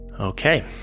okay